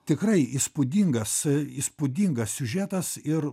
tikrai įspūdingas įspūdingas siužetas ir